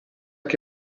chi